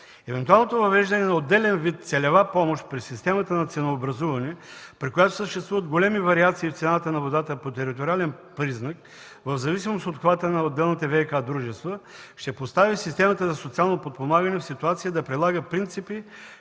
Евентуалното въвеждане на отделен вид целева помощ при системата на ценообразуване, при която съществуват големи вариации в цената на водата по териториален признак в зависимост обхвата на отделните ВиК дружества, ще постави системата на социално подпомагане в ситуация да прилага принципи,